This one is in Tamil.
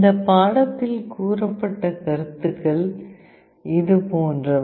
இந்த பாடத்தில் கூறப்பட்ட கருத்துக்கள் இது போன்றவை